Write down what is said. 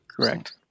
Correct